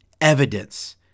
evidence